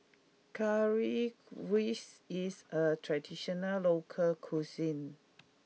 Currywurst is a traditional local cuisine